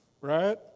right